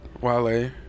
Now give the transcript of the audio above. Wale